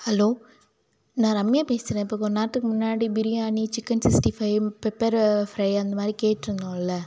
hello நான் ரம்யா பேசுகிறேன் இப்போ கொஞ்ச நேரத்துக்கு முன்னாடி biryani chicken sixty five pepper fry அந்த மாதிரி கேட்ருந்தோம்லே